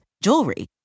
jewelry